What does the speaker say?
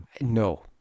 No